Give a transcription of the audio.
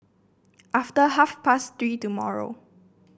after half past Three tomorrow